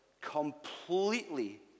completely